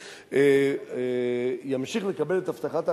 הוא ימשיך לקבל את הבטחת ההכנסה,